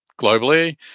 globally